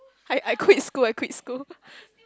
I I quit school I quit school